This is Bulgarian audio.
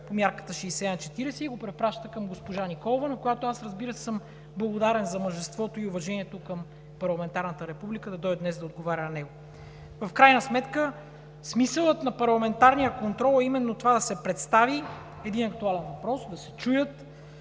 по мярката 60/40 и го препраща към госпожа Николова, на която аз, разбира се, съм благодарен за мъжеството и уважението към парламентарната република, да дойде днес да отговаря на него? В крайна сметка смисълът на парламентарния контрол е именно това – да се представи един актуален въпрос, да се чуят